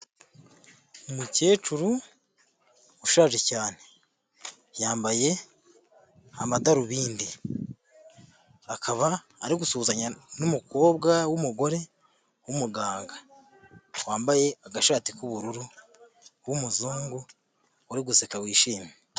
Umukecuru ushaje cyane, yambaye amadarubindi, akaba ari gusuhuzanya n'umukobwa w'umugore w'umuganga wambaye agashati k'ubururu w'umuzungu uri guseka wishimye.